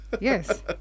yes